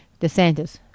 DeSantis